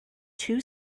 two